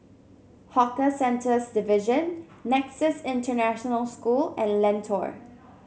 Hawker Centres Division Nexus International School and Lentor